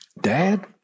Dad